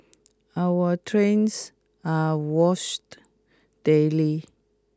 our trains are washed daily